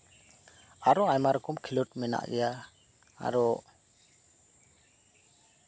ᱟᱨᱚ ᱟᱭᱢᱟ ᱨᱚᱠᱚᱢ ᱠᱷᱮᱞᱳᱰ ᱢᱮᱱᱟᱜ ᱜᱮᱭᱟ ᱟᱨᱚ